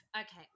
okay